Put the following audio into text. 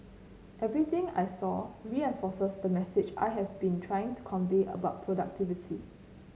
everything I saw reinforces the message I have been trying to convey about productivity